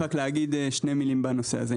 אני אשמח להגיד שתי מילים בנושא הזה,